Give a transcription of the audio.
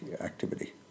activity